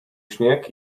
śnieg